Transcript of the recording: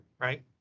right